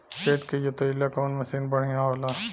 खेत के जोतईला कवन मसीन बढ़ियां होला?